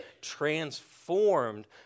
transformed